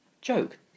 Joke